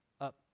up